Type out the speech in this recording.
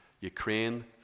Ukraine